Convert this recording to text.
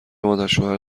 مادرشوهر